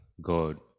God